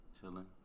Chilling